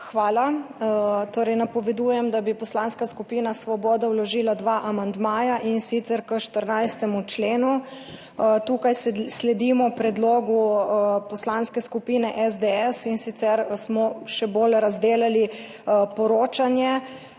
Hvala. Torej napovedujem, da bi Poslanska skupina Svoboda vložila dva amandmaja, in sicer k 14. členu. Tukaj sledimo predlogu Poslanske skupine SDS, in sicer smo še bolj razdelali poročanje